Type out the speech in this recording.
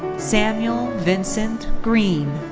samuel vincent greene.